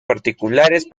particulares